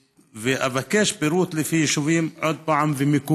אבקש פירוט לפי יישובים ומיקום.